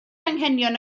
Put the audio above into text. anghenion